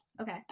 Okay